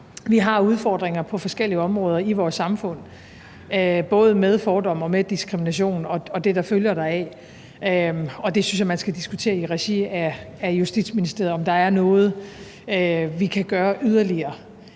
Vi har udfordringer på forskellige områder i vores samfund både med fordomme og med diskrimination og det, der følger deraf, og det synes jeg man skal diskutere i regi af Justitsministeriet, altså om der er noget, vi kan gøre yderligere.